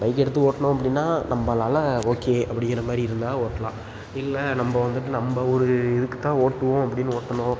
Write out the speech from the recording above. bike எடுத்து ஓட்டினோம் அப்ப்டின்னா நம்பளால் ஓகே அப்படிங்கிற மாதிரி இருந்தால் ஓட்டலாம் இல்லை நம்ப வந்துட்டு நம்ப ஒரு இதுக்கு தான் ஓட்டுவோம் அப்படின்னு ஓட்டினோம்